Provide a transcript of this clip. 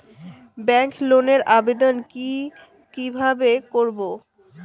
Bank লোনের আবেদন কি কিভাবে করব?